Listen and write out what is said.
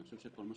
אני חושב שכל מה